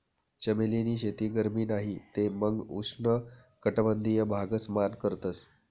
चमेली नी शेती गरमी नाही ते मंग उष्ण कटबंधिय भागस मान करतस